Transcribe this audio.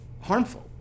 harmful